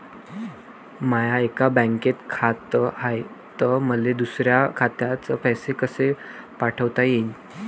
माय एका बँकेत खात हाय, त मले दुसऱ्या खात्यात पैसे कसे पाठवता येईन?